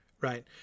right